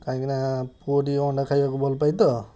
କାହିଁକିନା ପୁଅ ଟିକେ ଅଣ୍ଡା ଖାଇବାକୁ ଭଲ ପାଏ ତ